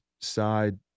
side